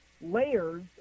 layers